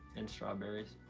and strawberries.